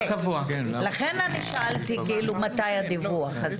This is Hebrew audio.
לכן אני שאלתי מתי הדיווח הזה.